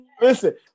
Listen